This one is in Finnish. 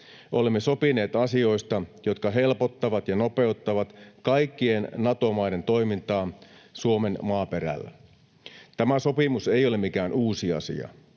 Olemme sopineet asioista, jotka helpottavat ja nopeuttavat kaikkien Nato-maiden toimintaa Suomen maaperällä. Tämä sopimus ei ole mikään uusi asia.